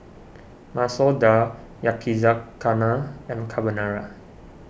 Masoor Dal Yakizakana and Carbonara